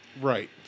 right